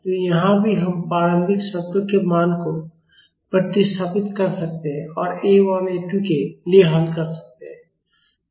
तो यहाँ भी हम प्रारंभिक शर्तों के मान को प्रतिस्थापित कर सकते हैं और A 1 और A 2 के लिए हल कर सकते हैं